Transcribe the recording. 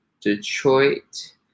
Detroit